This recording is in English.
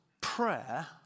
prayer